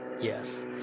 Yes